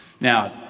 Now